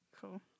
Cool